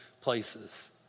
places